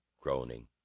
groaning